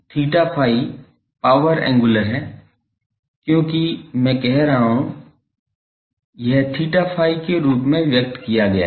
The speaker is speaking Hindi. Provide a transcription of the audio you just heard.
तो g𝛳ϕ पावर एंगुलर है क्योंकि मैं कह रहा हूं कि यह theta phi के रूप में व्यक्त किया गया है